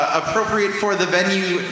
appropriate-for-the-venue